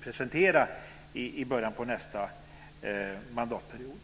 presentera i början av nästa mandatperiod.